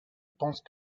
pense